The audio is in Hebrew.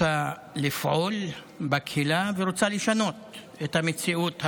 רוצה לפעול בקהילה ורוצה לשנות את המציאות העגומה.